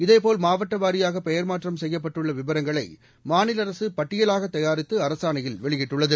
இதேபோல் மாவட்டவாரியாக பெயர் மாற்றம் செய்யப்பட்டுள்ள விவரங்களை மாநில அரசு பட்டியிலாக தயாரித்து அரசாணையில் வெளியிட்டுள்ளது